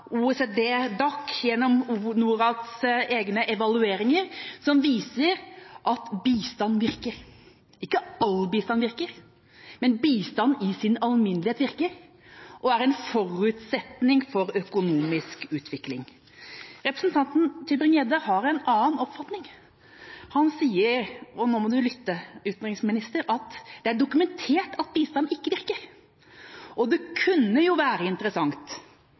OECD DAC, gjennom Norads egne evalueringer, som viser at bistand virker. Ikke all bistand virker, men bistand i sin alminnelighet virker og er en forutsetning for økonomisk utvikling. Representanten Tybring-Gjedde har en annen oppfatning. Han sier – og nå må utenriksministeren lytte – at det er dokumentert at bistand ikke virker. Det kunne jo være interessant